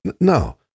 No